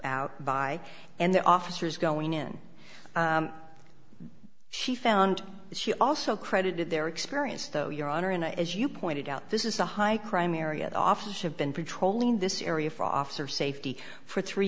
out by and the officers going in she found she also credited their experience though your honor in a as you pointed out this is a high crime area the officers have been pretrial in this area for officer safety for three